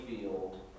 field